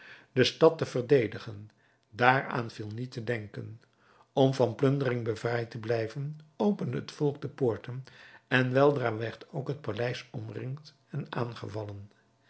de stad te verdedigen daaraan viel niet te denken om van plundering bevrijd te blijven opende het volk de poorten en weldra werd ook het paleis omringd en aangevallen